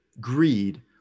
greed